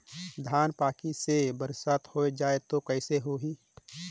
धान पक्की से बरसात हो जाय तो कइसे हो ही?